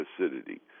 acidity